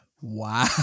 wow